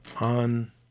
on